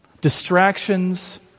distractions